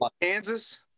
Kansas